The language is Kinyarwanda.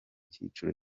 cyiciro